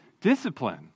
discipline